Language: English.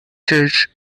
church